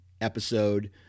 episode